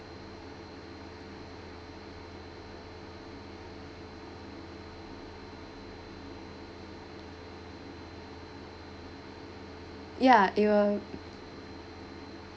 ya it will